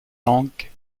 langue